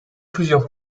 plusieurs